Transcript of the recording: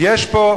יש פה,